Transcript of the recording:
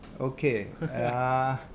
Okay